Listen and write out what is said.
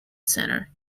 center